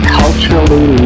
culturally